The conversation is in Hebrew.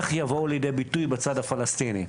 איך יבואו לידי בצד הפלסטיני.